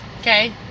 Okay